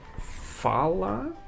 Fala